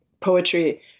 poetry